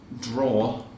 draw